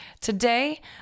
Today